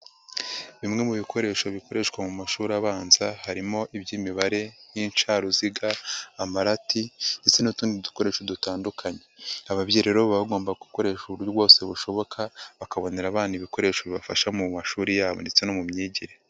Bimwe mu bikoresho bikoreshwa mu mashuri abanza, harimo iby'imibare nk'incaruziga, amarati ndetse n'utundi dukoresho dutandukanye, ababyeyi rero baba bagomba gukoresha uburyo bwose bushoboka, bakabonera abana ibikoresho bibafasha mu mashuri yabo ndetse no mu myigire.